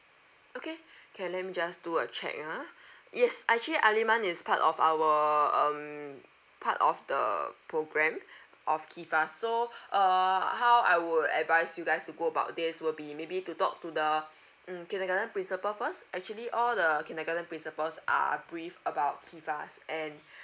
okay can let me just do a check yeah yes actually al iman is part of our um part of the programme of kifas so uh how I would advise you guys to go about this will be maybe to talk to the mm kindergarten principal first actually all the kindergarten principals are briefed about kifas and